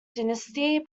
dynasty